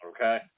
Okay